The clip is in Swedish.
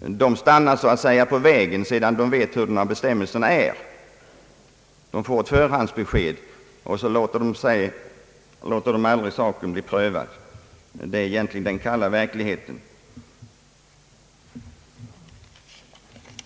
så att säga stannar på vägen sedan de fått veta hurudana bestämmelserna är. De får ett förhandsbesked, och så låter de aldrig saken bli prövad. Det är den kalla verkligheten. Dessa fall finns inte i statistiken.